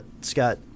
scott